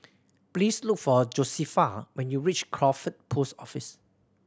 please look for Josefa when you reach Crawford Post Office